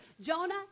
Jonah